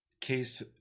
case